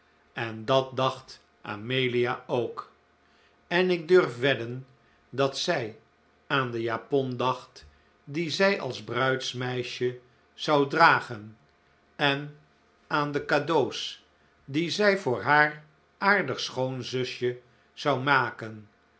en dat dacht amelia ook en ik durf wedden dat zij aan de japon dacht die zij als bruidsmeisje zou dragen en aan de cadeaux die zij voor haar aardig schoonzusje zou maken